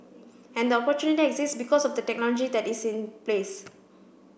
and the opportunity exists because of the technology that is in place